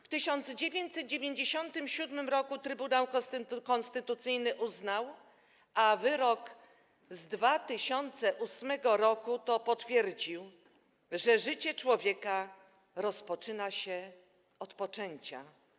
W 1997 r. Trybunał Konstytucyjny uznał, a wyrok z 2008 r. to potwierdził, że życie człowieka rozpoczyna się od poczęcia.